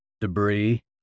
debris